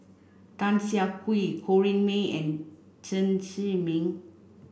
Tan Siah Kwee Corrinne May and Chen Zhiming